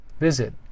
Visit